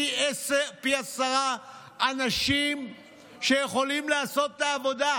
פי עשרה אנשים שיכולים לעשות את העבודה.